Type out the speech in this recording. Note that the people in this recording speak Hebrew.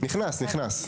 נכנס, נכנס.